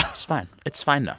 um it's fine. it's fine, though.